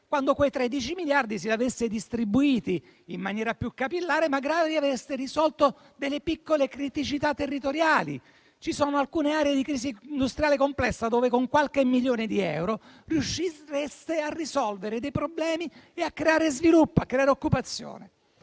però quei 13 miliardi li aveste distribuiti in maniera più capillare, magari avreste risolto piccole criticità territoriali. Ci sono alcune aree di crisi industriale complessa in cui con qualche milione di euro riuscireste a risolvere problemi e a creare sviluppo e occupazione.